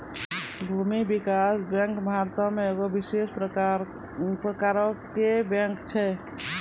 भूमि विकास बैंक भारतो मे एगो विशेष प्रकारो के बैंक छै